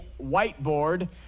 whiteboard